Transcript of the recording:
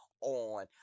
on